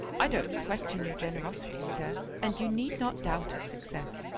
i don't question your generosity, sir, and you need not doubt of success.